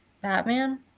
Batman